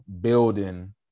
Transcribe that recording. building